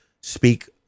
speak